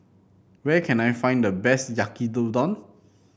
where can I find the best Yaki Udon